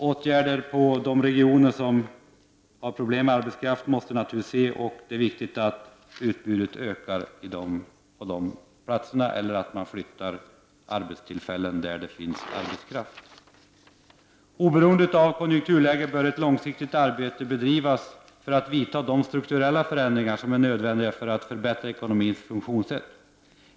Åtgärder för de regioner som har problem med arbetskraft måste vidtas. Det är viktigt att utbudet ökar på dessa platser och att arbetstillfällen flyttas till orter där det finns arbetskraft. Oberoende av konjunkturläget bör ett långsiktigt arbete bedrivas för att vidta de strukturella förändringar som är nödvändiga för att förbättra ekonomins funktionssätt.